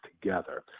together